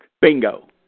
Bingo